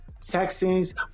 Texans